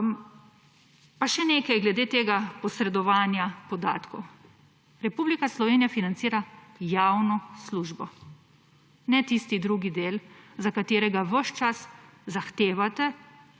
Pa še nekaj glede tega posredovanja podatkov. Republika Slovenija financira javno službo, ne tisti drugi del, za katerega ves čas zahtevate